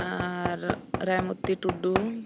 ᱟᱨ Raimoti ᱴᱩᱰᱩ